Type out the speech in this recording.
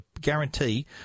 guarantee